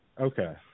Okay